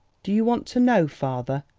do you want to know, father?